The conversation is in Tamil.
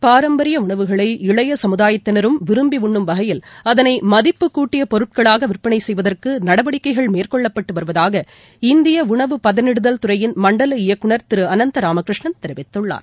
பாரம்பரியஉணவுகளை இளையசமுதாயத்தினரும் விரும்பிஉண்னும் வகையில் அதனைமதிப்புக்கூட்டியபொருட்களாகவிற்பனைசெய்வதற்குநடவடிக்கைகள் மேற்கொள்ளப்பட்டுவருவதாக இந்தியஉணவுப்பதனிடுதல் துறையின் மண்டல இயக்குநர் அனந்த் ராமகிருஷ்ணன் தெரிவித்துள்ளார்